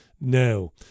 now